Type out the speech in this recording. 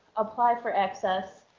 apply for access,